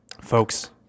folks